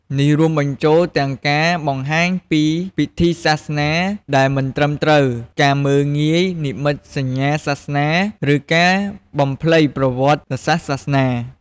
នេះរួមបញ្ចូលទាំងការបង្ហាញពីពិធីសាសនាដែលមិនត្រឹមត្រូវ ការមើលងាយនិមិត្តសញ្ញាសាសនា ឬការបំភ្លៃប្រវត្តិសាស្ត្រសាសនា។